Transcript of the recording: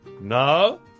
No